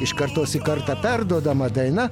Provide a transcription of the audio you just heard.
iš kartos į kartą perduodama daina